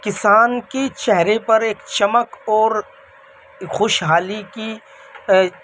کسان کی چہرے پر ایک چمک اور خوشحالی کی